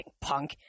punk